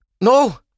No